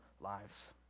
lives